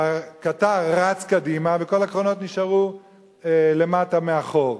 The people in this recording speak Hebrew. והקטר רץ קדימה וכל הקרונות נשארו למטה מאחור.